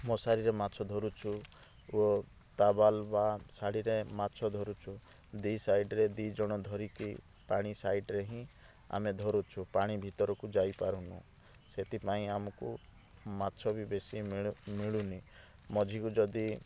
ମଶାରିରେ ମାଛ ଧରୁଛୁ ଓ ଟାୱେଲ୍ ବା ଶାଢ଼ିରେ ମାଛ ଧରୁଛୁ ଦୁଇ ସାଇଡ଼୍ରେ ଦୁଇ ଜଣ ଧରିକି ପାଣି ସାଇଡ଼୍ରେ ହିଁ ଆମେ ଧରୁଛୁ ପାଣି ଭିତରକୁ ଯାଇପାରୁନୁ ସେଥିପାଇଁ ଆମକୁ ମାଛ ବି ବେଶୀ ମିଳୁନି ମଝିକୁ ଯଦି